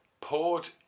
poured